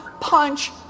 punch